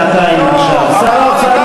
אדוני שר האוצר,